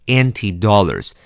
anti-dollars